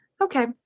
okay